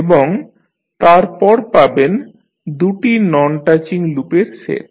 এবং তারপর পাবেন দুটি নন টাচিং লুপের সেট